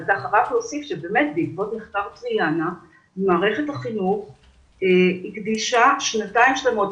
אבל להוסיף שבעקבות מחקר טריאנה מערכת החינוך הקדישה שנתיים שלמות,